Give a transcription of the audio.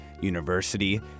University